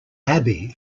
abbey